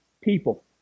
people